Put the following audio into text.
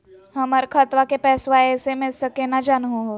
हमर खतवा के पैसवा एस.एम.एस स केना जानहु हो?